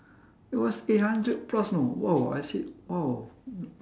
it was eight hundred plus you know !wow! I said !wow!